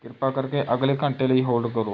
ਕਿਰਪਾ ਕਰਕੇ ਅਗਲੇ ਘੰਟੇ ਲਈ ਹੋਲਡ ਕਰੋ